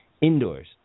indoors